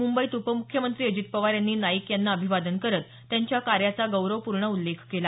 मुंबईत उपमुख्यमंत्री अजित पवार यांनी नाईक यांना अभिवादन करत त्यांच्या कार्याचा गौरवपूर्ण उल्लेख केला